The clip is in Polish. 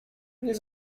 nie